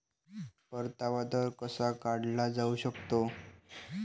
परतावा दर कसा काढला जाऊ शकतो?